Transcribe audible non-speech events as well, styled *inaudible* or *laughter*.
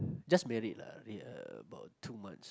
*breath* just married lah uh about two months